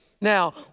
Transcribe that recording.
Now